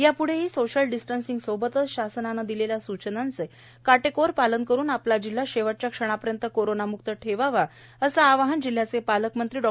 याप्ढेही social distancing सोबतच शासनाने दिलेल्या सूचनांचे काटेकोर पालन करून आपला जिल्हा शेवटच्या क्षणापर्यंत कोरोनाम्क्त ठेवावा असे आवाहन पालकमंत्री डॉ